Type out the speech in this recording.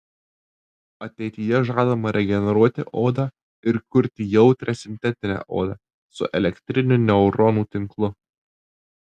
ateityje žadama regeneruoti odą ir kurti jautrią sintetinę odą su elektriniu neuronų tinklu